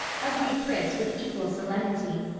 agreed pris with equal solemnity.